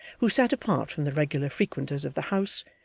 who sat apart from the regular frequenters of the house,